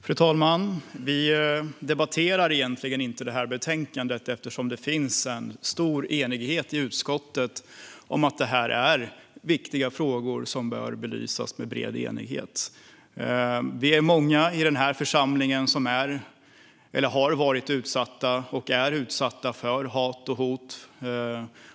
Fru talman! Vi debatterar egentligen inte det här betänkandet, för det finns en stor enighet i utskottet om att detta är viktiga frågor som bör belysas med bred enighet. Vi är många i den här församlingen som är eller har varit utsatta för hat och hot.